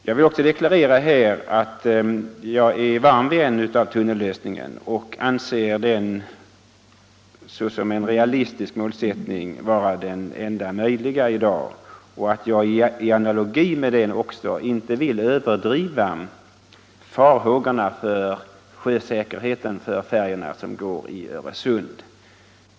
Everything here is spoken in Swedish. Jag vill också deklarera att jag är varm vän av tunnellösningen och anser den vara den enda realistiska målsättningen i dag. I analogi med det vill jag inte heller överdriva farhågorna för sjösäkerheten för färjorna i Öresund.